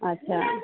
अच्छा